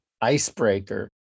icebreaker